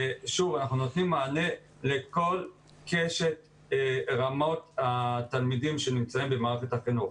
אנחנו נותנים מענה לכל קשת רמות התלמידים שנמצאים במערכת החינוך,